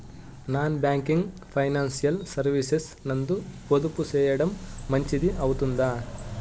Non banking financial services నందు పొదుపు సేయడం మంచిది అవుతుందా?